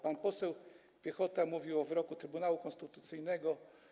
Pan poseł Piechota mówił o wyroku Trybunału Konstytucyjnego.